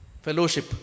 Fellowship